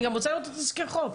אני גם רוצה לראות את תזכיר החוק.